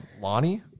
Lonnie